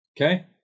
Okay